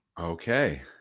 okay